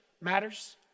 matters